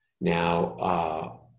Now